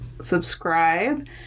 subscribe